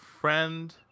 friend